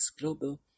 global